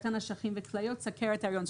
סרטן אשכים וכליות וסוכרת הריון.